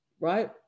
right